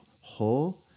whole